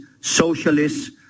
socialists